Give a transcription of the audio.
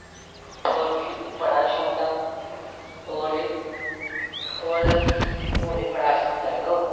होर बी बड़ा किश होंदा होर बी होर होर बी बड़ा किश होंदा यरो